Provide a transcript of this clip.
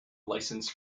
license